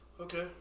Okay